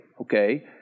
okay